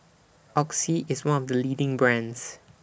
Oxy IS one of The leading brands